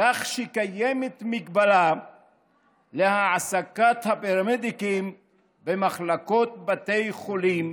כך שקיימת מגבלה להעסקת הפרמדיקים במחלקות בתי חולים